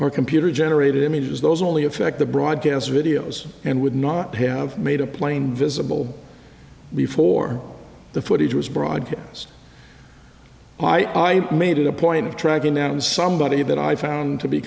or computer generated images those only effect the broadcast videos and would not have made a plane visible before the footage was broadcast i made a point of tracking down somebody that i found to be